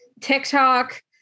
tiktok